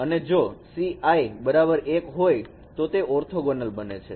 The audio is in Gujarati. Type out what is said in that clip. અને જો c i બરાબર 1 હોય તો તે ઓર્થોગોનલ બને છે